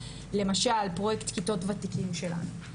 למשל פרויקט כיתות ותיקים שלנו,